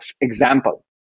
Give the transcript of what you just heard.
example